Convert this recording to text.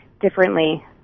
Differently